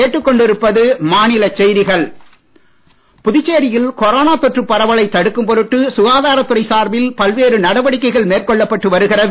arsenic album புதுச்சேரியில் corona தொற்று பரவலை தடுக்கும் பொருட்டு சுகாதாரத் துறை சார்பில் பல்வேறு நடவடிக்கைகள் மேற்கொள்ளப்பட்டு வருகிறது